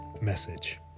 message